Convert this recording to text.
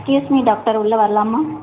doctor உள்ளே வரலாமா